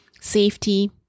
safety